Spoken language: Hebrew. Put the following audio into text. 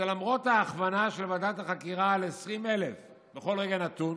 שלמרות ההכוונה של ועדת החקירה ל-20,000 בכל רגע נתון,